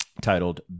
titled